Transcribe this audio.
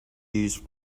use